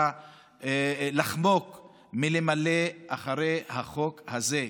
לחמוק מלמלא אחר החוק הזה.